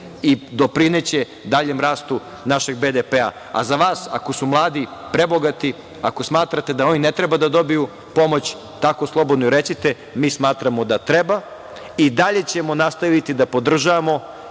i doprineće daljem rastu našeg BDP-a.A za vas, ako su mladi prebogati, ako smatrate da oni ne treba da dobiju pomoć, tako slobodno i recite, mi smatramo da treba. I dalje ćemo nastaviti da podržavamo